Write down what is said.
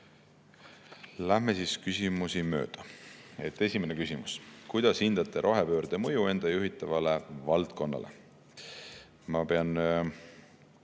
Läheme küsimusi mööda. Esimene küsimus: "Kuidas hindate rohepöörde mõju enda juhitavale valdkonnale?" Ma pean